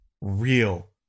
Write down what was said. real